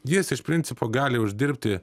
jis iš principo gali uždirbti